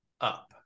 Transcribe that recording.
Up